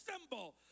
symbol